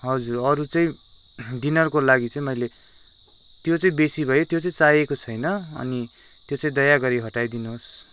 हजुर अरू चाहिँ डिनरको लागि चाहिँ मैले त्यो चाहिँ बेसी भयो है त्यो चाहिँ चाहिएको छैन अनि त्यो चाहिँ दयागरी हटाइदिनुहोस्